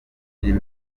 tuvuga